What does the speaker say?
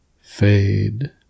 Fade